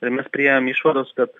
ir mes priėjom išvados kad